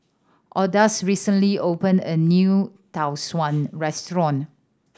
Odus recently opened a new Tau Suan restaurant